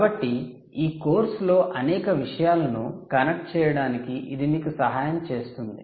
కాబట్టి ఈ కోర్సులో అనేక విషయాలను కనెక్ట్ చేయడానికి ఇది మీకు సహాయం చేస్తుంది